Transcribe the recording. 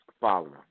following